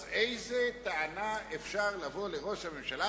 אז באיזו טענה אפשר לבוא לראש הממשלה,